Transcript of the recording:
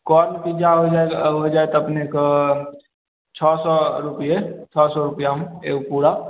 corn pizza हो जाइ हो जाइत अपनेकऽ छओ सए रूपिए छओ सए रूपैआ मे एगो पूरा